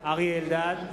אריה אלדד,